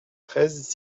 treize